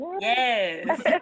Yes